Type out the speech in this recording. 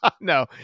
No